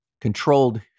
controlled